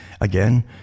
Again